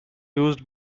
used